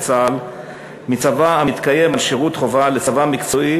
צה"ל מצבא המתקיים על שירות חובה לצבא מקצועי